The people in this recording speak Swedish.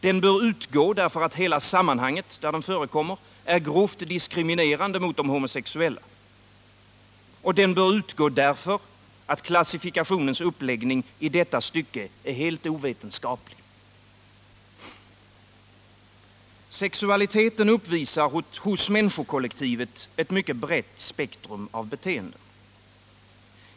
Den bör utgå därför att hela sammanhanget där den förekommer är grovt diskriminerande mot de homosexuella. Den bör utgå därför att klassifikationens uppläggning i detta stycke är helt ovetenskaplig. Sexualiteten uppvisar hos människokollektivet ett mycket brett spektrum av beteenden.